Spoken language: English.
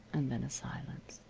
and then a silence.